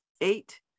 eight